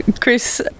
Chris